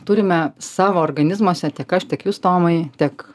turime savo organizmuose tiek aš tiek jūs tomai tiek